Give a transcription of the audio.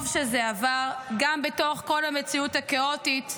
טוב שזה עבר, גם בתוך כל המציאות הכאוטית,